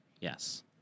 Yes